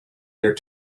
their